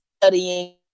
studying